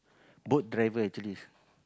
boat driver actually